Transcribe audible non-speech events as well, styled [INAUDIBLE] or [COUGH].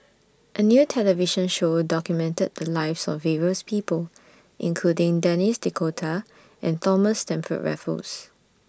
A New television Show documented The Lives of various People including Denis D'Cotta and Thomas Stamford [NOISE] Raffles